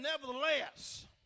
nevertheless